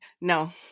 No